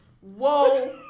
Whoa